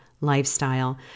lifestyle